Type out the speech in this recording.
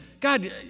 God